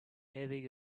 heavy